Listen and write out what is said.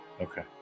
Okay